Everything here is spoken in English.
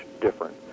different